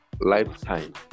lifetime